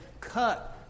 cut